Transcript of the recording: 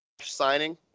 signing